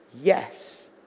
Yes